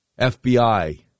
FBI